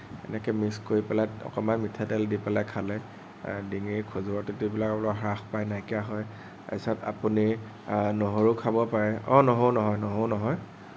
এনেকে মিক্স কৰি পেলাই অকণমান মিঠাতেল দি খালে ডিঙিৰ খজুৱতিবিলাক অলপ হ্ৰাস পায় নাইকিয়া হয় তাৰপিছত আপুনি নহৰু খাব পাৰে অঁ নহৰু নহয় নহৰু নহয়